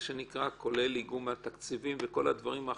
כולל איגום התקציבים וכל הדברים האחרים,